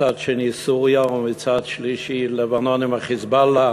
מצד שני סוריה ומצד שלישי לבנון עם "חיזבאללה",